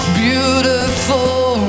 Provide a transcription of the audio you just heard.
beautiful